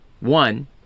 One